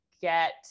get